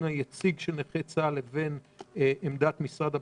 היציג של נכי צה"ל לבין עמדת משרד הביטחון.